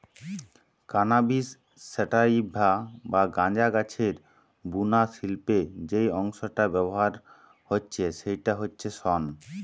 cannabis sativa বা গাঁজা গাছের বুনা শিল্পে যেই অংশটা ব্যাভার হচ্ছে সেইটা হচ্ছে শন